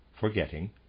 forgetting